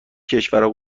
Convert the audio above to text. کشورا